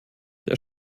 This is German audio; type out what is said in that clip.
der